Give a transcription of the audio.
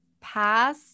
pass